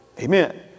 amen